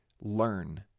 learn